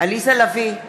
עליזה לביא,